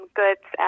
goods